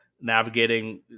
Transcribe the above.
navigating